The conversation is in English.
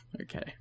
Okay